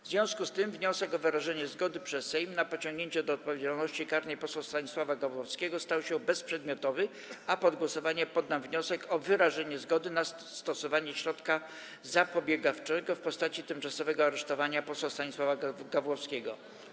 W związku z tym wniosek o wyrażenie zgody przez Sejm na pociągnięcie do odpowiedzialności karnej posła Stanisława Gawłowskiego stał się bezprzedmiotowy, a pod głosowanie poddam wniosek o wyrażenie zgody na stosowanie środka zapobiegawczego w postaci tymczasowego aresztowania posła Stanisława Gawłowskiego.